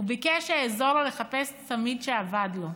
הוא ביקש שאעזור לו לחפש צמיד שאבד לו.